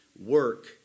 Work